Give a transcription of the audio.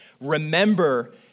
Remember